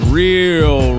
real